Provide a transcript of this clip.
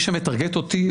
ומי שמטרגט אותי,